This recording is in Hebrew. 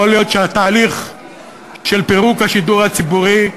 יכול להיות שהתהליך של פירוק השידור הציבורי,